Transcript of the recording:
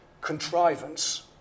contrivance